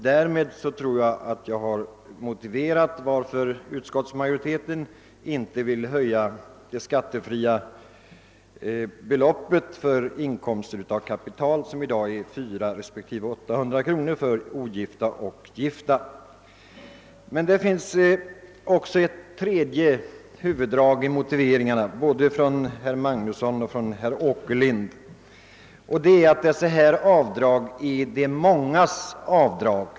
Därmed tror jag att jag motiverat varför utskottsmajoriteten inte vill höja det skattefria beloppet för inkomster av kapital som i dag är 400 kronor och 800 kronor för ogifta respektive gifta. Det fanns också i herr Magnussons i Borås och herr Åkerlinds argumentering ett tredje huvuddrag, nämligen det att de avdrag vi här diskuterar är »de många människornas avdrag».